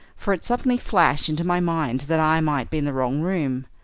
for it suddenly flashed into my mind that i might be in the wrong room.